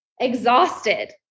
exhausted